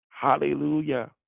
Hallelujah